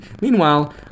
Meanwhile